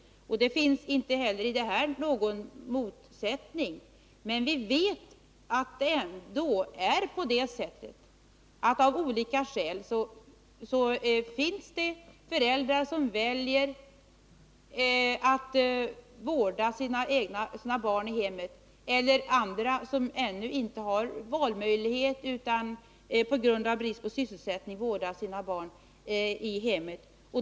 Det finns inte heller där någon motsättning, men vi vet att det av olika skäl ändå finns föräldrar som väljer att vårda sina barn i hemmet. Det finns också de som ännu inte har valmöjlighet utan på grund av brist på sysselsättning vårdar sina barn i hemmet.